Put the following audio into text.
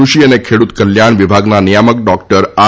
કુષિ અને ખેડૂત કલ્યાણ વિભાગના નિયામક ડોક્ટર આર